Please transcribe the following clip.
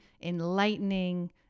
enlightening